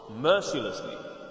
mercilessly